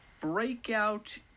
breakout